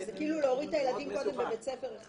זה כאילו להוריד את הילדים קודם בבית ספר,